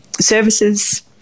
services